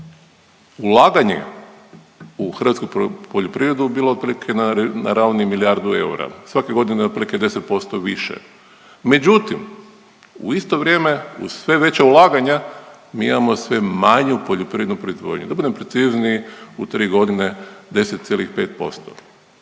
ulaganje u hrvatsku poljoprivrede bilo otprilike na ravnih milijardu eura, svake godine otprilike 10% više. Međutim, u isto vrijeme uz sve veća ulaganja mi imamo sve manju poljoprivrednu proizvodnju. Da budem precizniji u 3 godine, 10,5%.